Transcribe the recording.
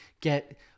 get